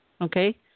Okay